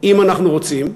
אם אנחנו רוצים,